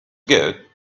good